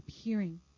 appearing